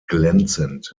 glänzend